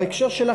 בהקשר שלך,